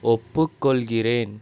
ஒப்புக்கொள்கிறேன்